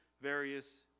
various